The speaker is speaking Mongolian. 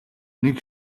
нэг